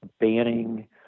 banning